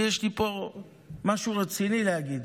יש לי פה משהו רציני להגיד.